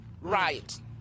right